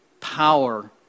power